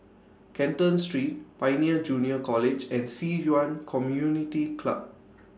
Canton Street Pioneer Junior College and Ci Yuan Community Club